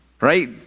right